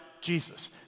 Jesus